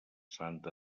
sant